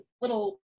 little